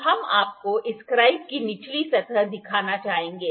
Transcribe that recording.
तो हम आपको इस स्क्राइब की निचली सतह दिखाना चाहेंगे